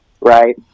right